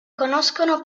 conoscono